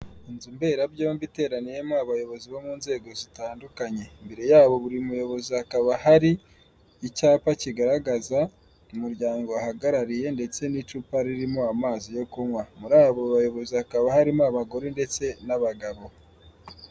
Inzu mberabyombi iteraniyemo abayobozi bo mu nzego zitandukanye imbere yabo buri muyobozi hakaba hari icyapa kigaragaza umuryango uhagarariye, ndetse n'icupa ririmo amazi yo kunywa, muri abo bayobozi hakaba harimo abagore ndetse n'abagabo.